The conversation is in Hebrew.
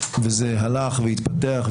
וזה הלך והתפתח,